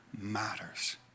matters